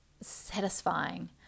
satisfying